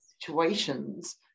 situations